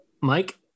mike